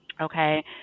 okay